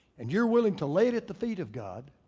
and you're willing to lay it at the feet of god.